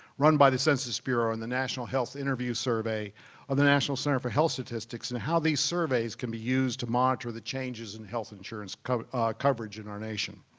run by the census bureau, and the national health interview survey of the national center for health statistics, and how these surveys can be used to monitor the changes in health insurance coverage in our nation.